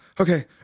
okay